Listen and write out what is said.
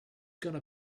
gonna